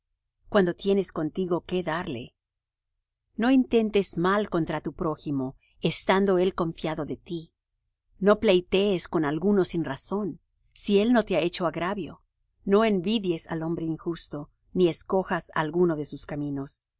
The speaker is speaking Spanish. cuando tienes contigo qué darle no intentes mal contra tu prójimo estando él confiado de ti no pleitees con alguno sin razón si él no te ha hecho agravio no envidies al hombre injusto ni escojas alguno de sus caminos